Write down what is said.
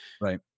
Right